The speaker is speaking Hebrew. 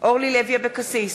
אורלי לוי אבקסיס,